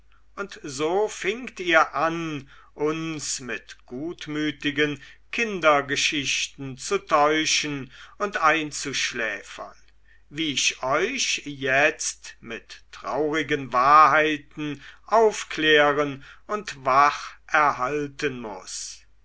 und so fingt ihr an uns mit gutmütigen kindergeschichten zu täuschen und einzuschläfern wie ich euch jetzt mit traurigen wahrheiten aufklären und wach erhalten muß